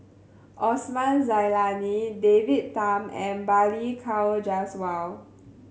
Osman Zailani David Tham and Balli Kaur Jaswal